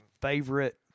favorite